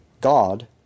God